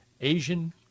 Asian